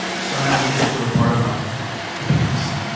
so now we get to the part about the pigs